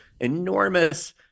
enormous